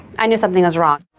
i knew something was wrong.